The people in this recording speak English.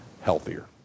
healthier